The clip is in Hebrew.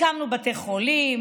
הקמנו בתי חולים,